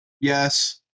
Yes